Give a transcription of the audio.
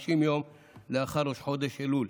כ-50 יום לאחר ראש חודש אלול.